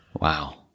Wow